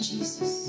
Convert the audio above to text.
Jesus